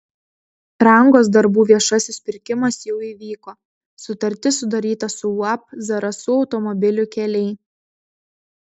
rangos darbų viešasis pirkimas jau įvyko sutartis sudaryta su uab zarasų automobilių keliai